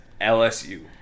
LSU